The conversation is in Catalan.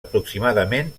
aproximadament